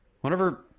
whenever